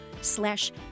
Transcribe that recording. slash